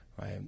right